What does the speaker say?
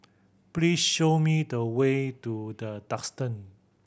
please show me the way to The Duxton